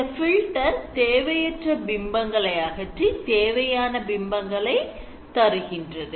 இந்த filter தேவையற்ற பிம்பங்களை அகற்றி தேவையான பிம்பங்களை தருகின்றது